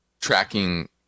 tracking